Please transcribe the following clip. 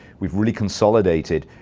we've really consolidated.